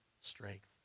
strength